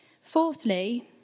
Fourthly